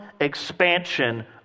expansion